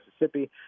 Mississippi